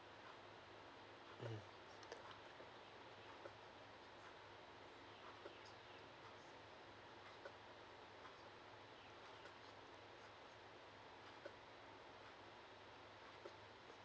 mm